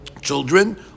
children